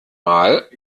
mal